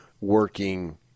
working